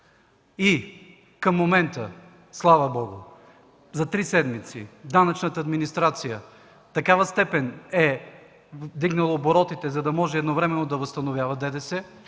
Към момента, слава Богу, за три седмици данъчната администрация в такава степен е вдигнала оборотите, за да може едновременно да възстановява ДДС,